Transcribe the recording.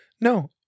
No